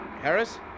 Harris